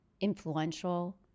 influential